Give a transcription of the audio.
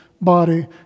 body